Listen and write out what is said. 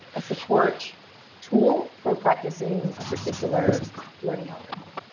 ah support tool for practicing a particular learning outcome.